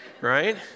right